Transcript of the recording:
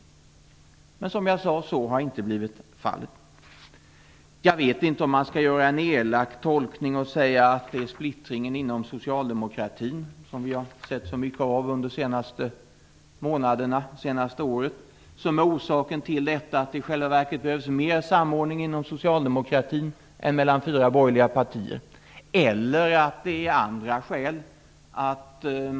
Så har, som jag sade, inte blivit fallet. Jag vet inte om man skall göra en elak tolkning och säga att det är den splittring inom socialdemokratin som vi har sett så mycket av under det senaste året som är orsak till att det i själva verket behövs mer samordning inom socialdemokratin än vad som behövdes mellan fyra borgerliga partier eller om det finns andra skäl.